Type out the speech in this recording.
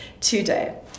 today